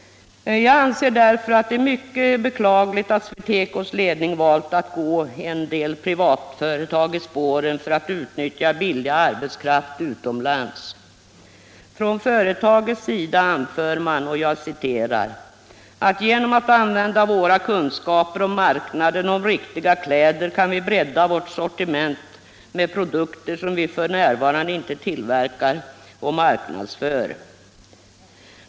Jag anser därför att det är mycket beklagligt att SweTecos ledning valt att följa en del privatföretag i spåren för att utnyttja billig arbetskraft utomlands. Från företagets sida anför man: Genom att använda våra kunskaper om marknaden och om riktiga kläder kan vi bredda vårt sortiment med produkter som vi f.n. inte tillverkar och marknadsför.